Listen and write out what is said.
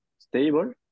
stable